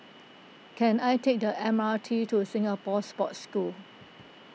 can I take the M R T to Singapore Sports School